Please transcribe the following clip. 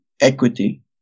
equity